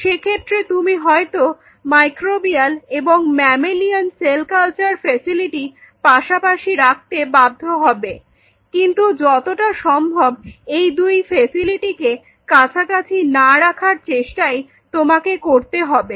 সে ক্ষেত্রে তুমি হয়তো মাইক্রোবিয়াল এবং ম্যামেলিয়ন সেল কালচার ফ্যাসিলিটি পাশাপাশি রাখতে বাধ্য হবে কিন্তু যতটা সম্ভব এই দুই ফেসিলিটি কে কাছাকাছি না রাখার চেষ্টাই তোমাকে করতে হবে